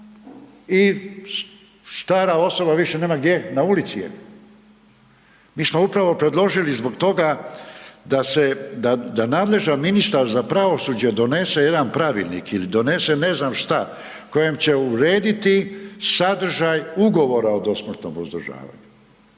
i stara osoba više nema gdje, na ulici je. Mi smo upravo predložili zbog toga da se, da nadležan ministar za pravosuđe donese jedan pravilnik ili donese ne znam šta, kojim će urediti sadržaj ugovora o dosmrtnom uzdržavanju.